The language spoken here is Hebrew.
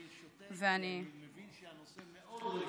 אני שותק, כי אני מבין שהנושא מאוד רגיש.